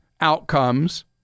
outcomes